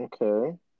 Okay